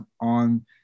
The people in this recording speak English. on